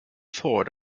thought